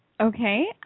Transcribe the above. Okay